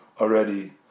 already